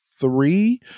three